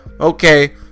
okay